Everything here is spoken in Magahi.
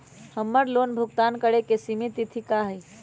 हमर लोन भुगतान करे के सिमित तिथि का हई?